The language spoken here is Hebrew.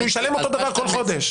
הוא ישלם אותו דבר כל חודש.